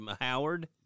Howard